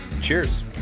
Cheers